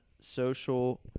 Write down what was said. social